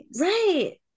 Right